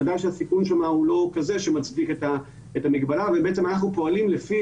ודאי שהסיכון שם הוא לא כזה שמצדיק את המגבלה ובעצם אנחנו פועלים לפי